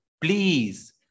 please